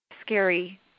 scary